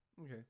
Okay